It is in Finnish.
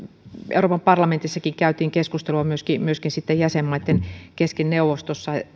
euroopan parlamentissakin käytiin keskustelua myöskin myöskin jäsenmaitten kesken neuvostossa